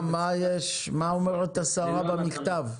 מה אומרת השרה במכתב?